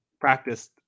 practiced